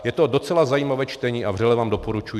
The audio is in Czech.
Je to docela zajímavé čtení a vřele vám doporučuji.